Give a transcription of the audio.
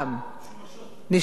ספרים משומשים.